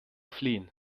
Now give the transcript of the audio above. fliehen